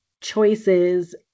choices